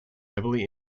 heavily